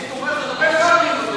אני תומך הרבה פעמים באדוני.